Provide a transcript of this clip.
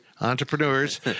entrepreneurs